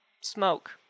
smoke